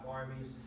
armies